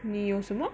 你有什么